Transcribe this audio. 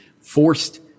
forced